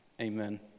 amen